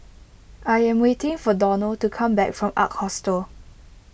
I am waiting for Donal to come back from Ark Hostel